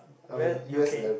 I wear U_K